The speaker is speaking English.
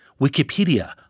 Wikipedia